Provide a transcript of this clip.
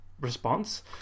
response